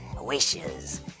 wishes